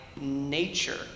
nature